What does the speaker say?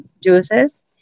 juices